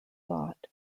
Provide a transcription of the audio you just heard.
thought